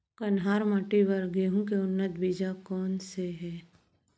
कन्हार माटी बर गेहूँ के उन्नत बीजा कोन से हे?